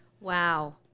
Wow